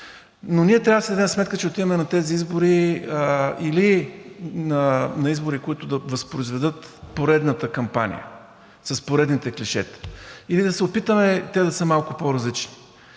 Но ние трябва да си дадем сметка, че отиваме на тези избори или на избори, които да възпроизведат поредната кампания с поредните клишета, или да се опитаме те да са малко по-различни.